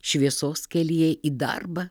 šviesos kelyje į darbą